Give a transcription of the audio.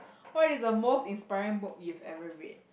what is the most inspiring book you've ever read